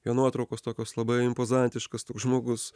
jo nuotraukos tokios labai impozantiškas žmogus